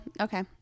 okay